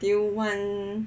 do you want